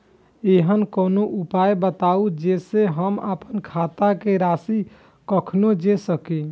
ऐहन कोनो उपाय बताबु जै से हम आपन खाता के राशी कखनो जै सकी?